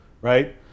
right